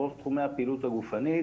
ברוב תחומי הפעילות הגופנית,